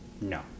no